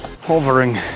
hovering